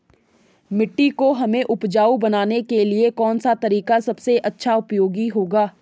मिट्टी को हमें उपजाऊ बनाने के लिए कौन सा तरीका सबसे अच्छा उपयोगी होगा?